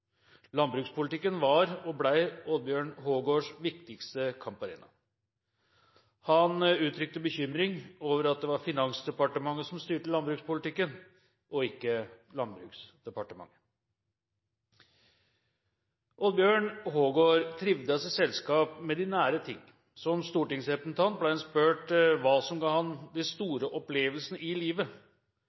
Landbrukspolitikken var og ble Oddbjørn Hågårds viktigste kamparena. Han uttrykte bekymring over at det var Finansdepartementet som styrte landbrukspolitikken – ikke Landbruksdepartementet. Oddbjørn Hågård trivdes i selskap med «de nære ting». Som stortingsrepresentant ble han spurt hva som ga ham de store opplevelsene i livet.